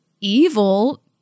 evil